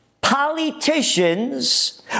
politicians